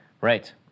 Right